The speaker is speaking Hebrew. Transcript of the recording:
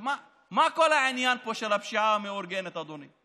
מה כל העניין פה של הפשיעה המאורגנת, אדוני?